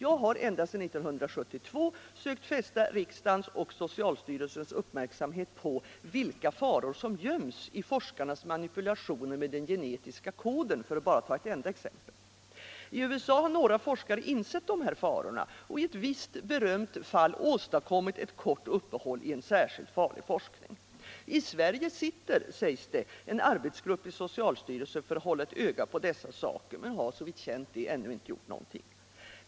Jag har ända sedan 1972 sökt fästa riksdagens och socialstyrelsens uppmärksamhet på vilka faror som göms i forskarnas manipulationer med den genetiska koden, för att bara ta ett enda exempel. I USA har några forskare insett dessa faror och i ett visst berömt fall åstadkommit ett kort uppehåll i en särskilt farlig forskning. I Sverige sitter, sägs det, en arbetsgrupp i socialstyrelsen för att hålla ett öga på dessa saker, men den har såvitt känt är ännu inte gjort någonting.